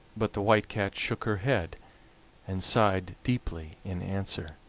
but the white cat shook her head and sighed deeply in answer.